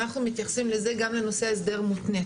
אנחנו מתייחסים בזה גם לנושא ההסדר מותנה.